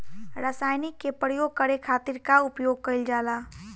रसायनिक के प्रयोग करे खातिर का उपयोग कईल जाला?